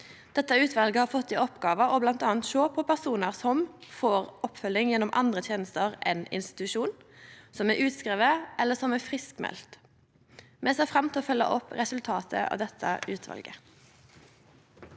Dette utvalet har bl.a. fått i oppgåve å sjå på personar som får oppfølging gjennom andre tenester enn institusjon, som er utskrivne, eller som er friskmelde. Vi ser fram til å følgje opp resultatet av dette utvalet.